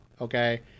okay